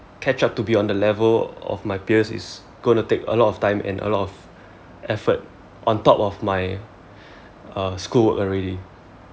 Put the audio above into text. catch up to be on the level of my peers is going to take a lot of time and a lot of effort on top of my uh school work already